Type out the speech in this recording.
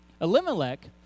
Elimelech